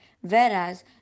whereas